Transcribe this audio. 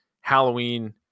Halloween